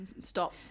stop